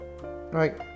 Right